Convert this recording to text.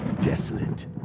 desolate